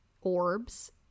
orbs